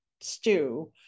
stew